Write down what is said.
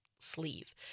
sleeve